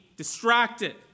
distracted